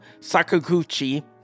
Sakaguchi